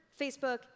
Facebook